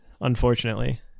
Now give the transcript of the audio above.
unfortunately